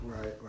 Right